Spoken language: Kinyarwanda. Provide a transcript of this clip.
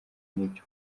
n’ibyo